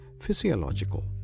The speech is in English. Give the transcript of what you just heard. physiological